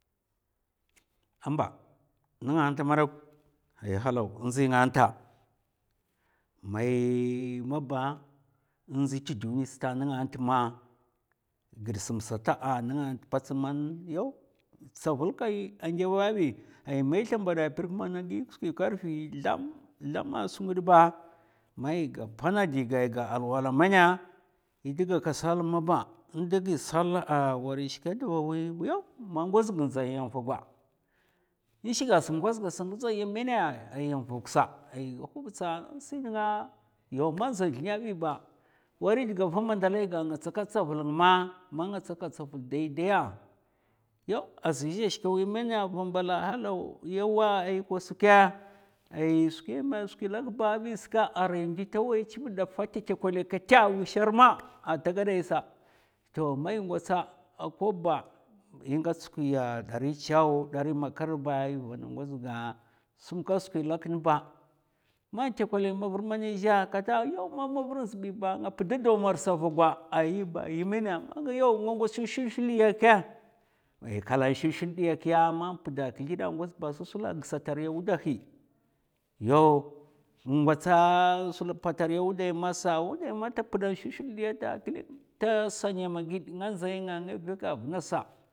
A mba nènga nta madok ai halaw ndzi nga nta may maba in ndzi ta duniya sta nènga tma ghid sam sata ba nènga n'tma pats man yaw tsavul kam a ndvè bi ay man i slabad a prèk mana gi skwi karfi tham, tham a skwi ghid ba mai ga pana diga a ga alwala mèna i da gaka sal maba in da gi sal a war è shiks dba wi yaw, man ngoz ga in dzai yam vagwa i shik ga sam ngoz ga sa ndzai yam mènè a yam vug sa è hubtsa in si nènga yaw, man za zlènè bi ba war è ɗga va madalai ga a nga staka tsaval ma, man nga tsaka tsaval daidai ya yaw, azni za shika wi mènè va mbala halaw yawa ai kwas kè ay skwèmè ay skwi lak ba bi ska arai ndi ta wai chivid daffa a ta tèkwèlɓ kètè a wushar ma ata ga dai sa toh mai è ngwatsa kob ba è ngwats skwi dari chaw, dari makar ba a vana ngoz ga samka skwi lak nba man tèkwèlai mavar mana zhè kata man mavar azbi nga pda dawmaras a vogwa ayi ba yi mènè ay yawa man nga ngwats shulshul diya kè ai kala shulshul diya kè ma pda klèth a ngoz ba sa sula gsata riya a wudahi yaw in ngwatsa a patari a wudai masa, wudai masa manta pda shulshul diya klèng ta san yama ghid nga vèka va ngasa,